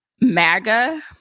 MAGA